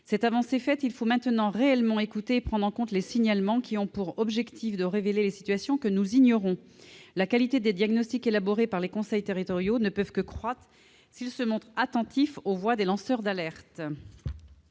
cette avancée, il faut réellement être à l'écoute et tenir compte des signalements, qui ont pour objet de révéler les situations que nous ignorons. La qualité des diagnostics élaborés par les conseils territoriaux ne peut que s'accroître si ces derniers se montrent attentifs aux voix des lanceurs d'alerte.